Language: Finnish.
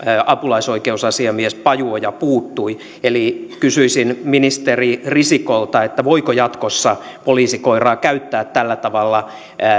apulaisoikeusasiamies pajuoja puuttui eli kysyisin ministeri risikolta voiko jatkossa poliisikoiraa käyttää tällä tavalla